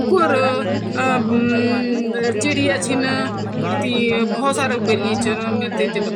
उ लॉक क्य वेन्नी द्वि तरफे चैन पर जूड़ी रेन आ तब वे कपड़ा पर लगे दयन ई तरफ़ भी और मतलब यथ भी और वथ भी द्वि तरफ़ लगे के अर बीच म वे क्य कन लॉक लगे दयन अर तब वे लॉक खन जन उ मथी कन न त उ चैन आपस म फ़शेंन चौ अर त उ यो दूसरा त जुड़ी रैन